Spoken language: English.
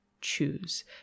choose